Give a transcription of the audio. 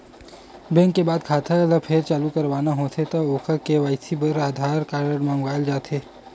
bank के बंद खाता ल फेर चालू करवाना होथे त ओखर के.वाई.सी बर आधार कारड मांगे जाथे